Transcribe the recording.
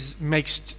makes